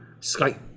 Skype